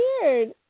weird